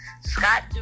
Scott